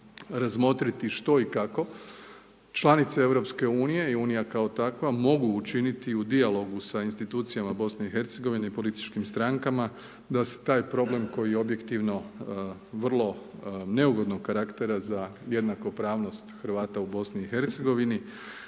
razmotriti što i kako članice Europske unije i unija kao takva mogu učiniti u dijalogu sa institucijama BiH političkim strankama da se taj problem koji je objektivno vrlo neugodnog karaktera za jednakopravnost Hrvata u BiH nastoji